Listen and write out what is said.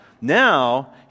now